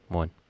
one